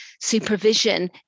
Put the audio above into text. supervision